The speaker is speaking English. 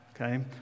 Okay